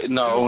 no